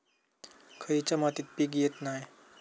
खयच्या मातीत पीक येत नाय?